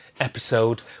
episode